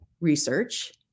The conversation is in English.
research